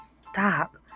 stop